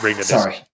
Sorry